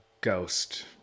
ghost